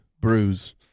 bruise